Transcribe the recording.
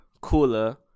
cooler